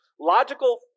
logical